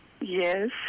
Yes